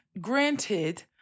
granted